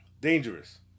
Dangerous